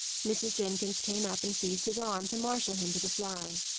mrs. jenkins came up and seized his arm, to marshal him to the fly.